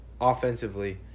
offensively